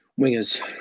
wingers